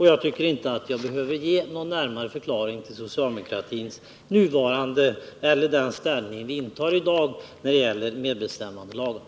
Jag tycker inte jag behöver ge någon närmare förklaring av socialdemokratins ställning i dag när det gäller medbestämmandelagen.